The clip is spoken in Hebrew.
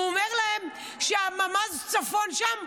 הוא אומר להם שהממ"ז צפון שם,